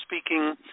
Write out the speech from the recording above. speaking